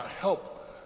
help